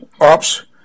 ops